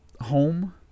home